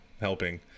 helping